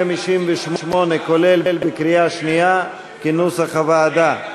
כולל, בקריאה שנייה, כנוסח הוועדה.